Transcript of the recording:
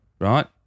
right